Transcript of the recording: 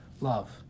love